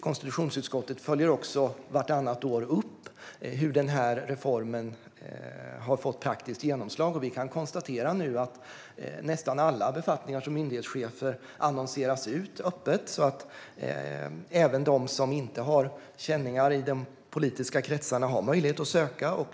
Konstitutionsutskottet följer vartannat år upp hur reformen har fått praktiskt genomslag, och vi kan konstatera att nästan alla befattningar som myndighetschefer annonseras ut öppet så att även de som inte har känningar i de politiska kretsarna har möjlighet att söka.